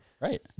Right